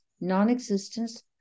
non-existence